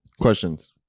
Questions